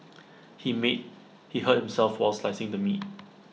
he meet he hurt himself while slicing the meat